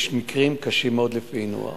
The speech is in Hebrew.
יש מקרים קשים מאוד לפענוח.